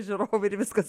žiūrovai ir viskas